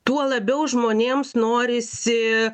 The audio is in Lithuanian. tuo labiau žmonėms norisi